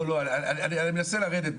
אני מנסה להבין,